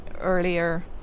earlier